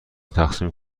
تقسیم